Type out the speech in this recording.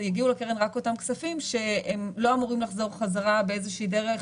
אותם כספים שהם לא אמורים לחזור חזרה באיזושהי דרך